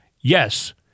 Yes